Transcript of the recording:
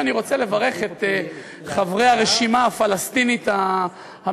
אני רוצה לברך את חברי הרשימה הפלסטינית המשותפת